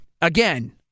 again